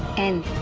and